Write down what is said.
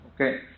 okay